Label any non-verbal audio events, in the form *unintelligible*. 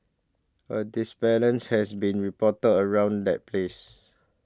a *unintelligible* has been reported around that place